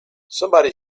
somebody